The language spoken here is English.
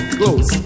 close